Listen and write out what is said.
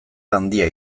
handia